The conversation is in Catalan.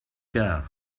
que